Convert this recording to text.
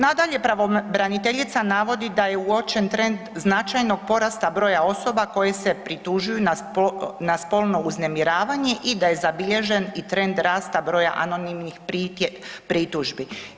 Nadalje, pravobraniteljica navodi da je uočen trend značajnog porasta broja osoba koje se pritužuju na spolno uznemiravanje i da je zabilježen trend rasta broja anonimnih pritužbi.